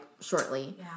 shortly